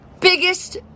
biggest